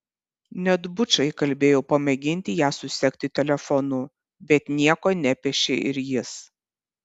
net bučą įkalbėjau pamėginti ją susekti telefonu bet nieko nepešė ir jis